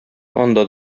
анда